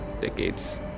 decades